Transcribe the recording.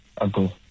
ago